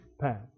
path